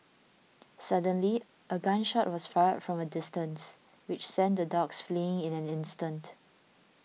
suddenly a gun shot was fired from a distance which sent the dogs fleeing in an instant